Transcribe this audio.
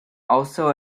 also